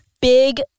big